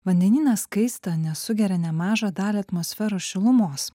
vandenynas kaista nes sugeria nemažą dalį atmosferos šilumos